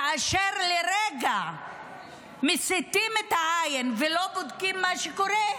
כאשר לרגע מסיטים את העין ולא בודקים מה קורה,